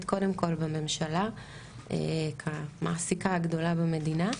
קודם כול בממשלה כמעסיקה הגדולה במדינה.